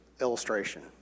illustration